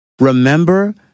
Remember